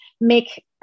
make